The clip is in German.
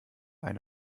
eine